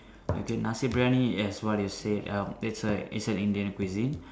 okay Nasi-Briyani as what you said uh it's like it a Indian cuisine